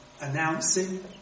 announcing